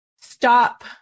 stop